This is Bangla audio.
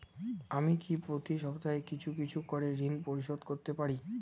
আমি কি প্রতি সপ্তাহে কিছু কিছু করে ঋন পরিশোধ করতে পারি?